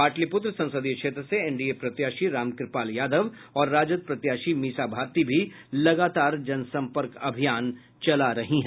पाटलिपुत्र संसदीय क्षेत्र से एनडीए प्रत्याशी रामुपाल यादव और राजद प्रत्याशी मीसा भारती भी लगातार जन सम्पर्क अभियान चला रही हैं